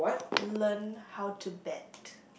learn how to bet